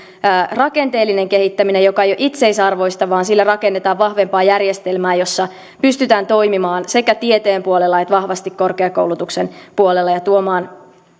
rakenteellinen kehittäminen joka ei ole itseisarvoista vaan sille rakennetaan vahvempaa järjestelmää jossa pystytään toimimaan sekä tieteen puolella että vahvasti korkeakoulutuksen puolella ja tuomaan